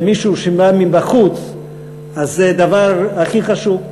למישהו שבא מבחוץ אז זה דבר הכי חשוב,